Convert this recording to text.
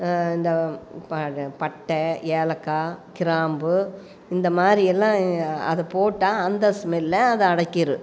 இந்த ப பட்டை ஏலக்காய் கிராம்பு இந்த மாதிரியலாம் அதை போட்டால் அந்த ஸ்மெல்ல அது அடக்கிடும்